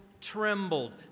trembled